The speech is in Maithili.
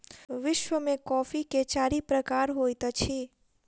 विश्व में कॉफ़ी के चारि प्रकार होइत अछि